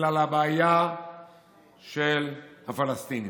בגלל הבעיה של הפלסטינים.